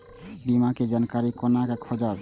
बीमा के जानकारी कोना खोजब?